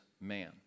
man